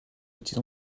petits